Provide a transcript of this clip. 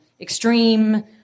extreme